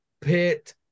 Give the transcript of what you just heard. pit